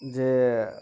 ᱡᱮ